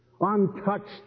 untouched